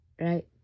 Right